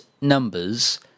numbers